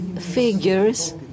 figures